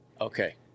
Okay